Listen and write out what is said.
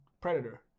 Predator